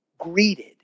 greeted